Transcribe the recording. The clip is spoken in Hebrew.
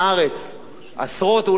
עשרות או אולי אפילו מאות אנשים,